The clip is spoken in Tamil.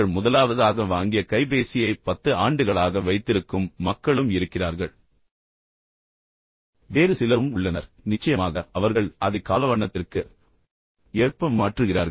அவர்கள் முதலாவதாக வாங்கிய கைபேசியை பத்து ஆண்டுகளாக வைத்திருக்கும் மக்களும் இருக்கிறார்கள் வேறு சிலரும் உள்ளனர் நிச்சயமாக அவர்கள் அதை காலவண்ணத்திற்கு ஏற்ப மாற்றுகிறார்கள்